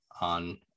on